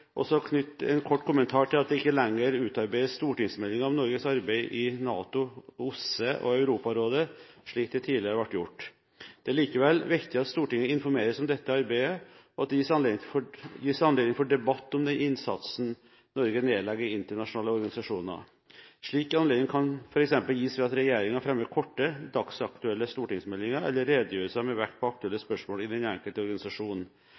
en kort kommentar til at det ikke lenger utarbeides stortingsmeldinger om Norges arbeid i NATO, OSSE og Europarådet, slik det tidligere ble gjort. Det er likevel viktig at Stortinget informeres om dette arbeidet, og at det gis anledning for debatt om den innsatsen Norge nedlegger i internasjonale organisasjoner. Slike anledninger kan f.eks. gis ved at regjeringen fremmer korte, dagsaktuelle stortingsmeldinger eller redegjørelser med vekt på aktuelle spørsmål i den enkelte